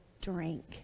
drink